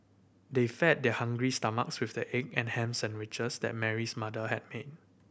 they fed their hungry stomachs with the egg and ham sandwiches that Mary's mother had made